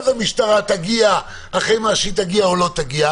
אז המשטרה תגיע או לא תגיע.